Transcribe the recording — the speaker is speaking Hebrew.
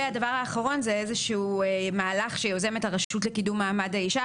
הדבר האחרון איזה שהוא מהלך שיוזמת הרשות לקידום מעמד האישה